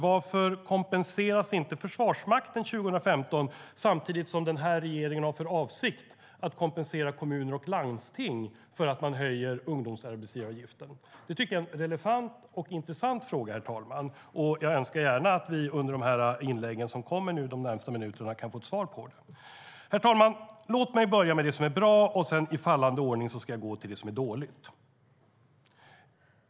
Varför kompenseras inte Försvarsmakten 2015 samtidigt som den här regeringen har för avsikt att kompensera kommuner och landsting för höjningen av ungdomsarbetsgivaravgifterna? Det tycker jag är en relevant och intressant fråga, och jag önskar att vi under de kommande inläggen kan få ett svar på den frågan. Herr talman! Låt mig börja med det som är bra innan jag i fallande ordning går över till det som är dåligt.